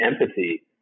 empathy